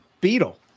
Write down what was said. Beetle